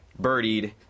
birdied